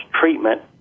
treatment